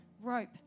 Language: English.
rope